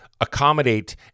accommodate